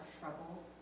trouble